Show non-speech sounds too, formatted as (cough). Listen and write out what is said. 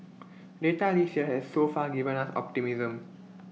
(noise) data this year has so far given us optimism